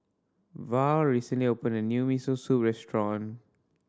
Val recently opened a new Miso Soup restaurant